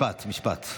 משפט, משפט.